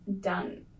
done